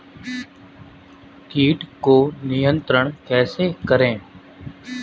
कीट को नियंत्रण कैसे करें?